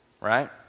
right